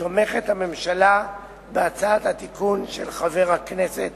תומכת הממשלה בהצעת התיקון של חבר הכנסת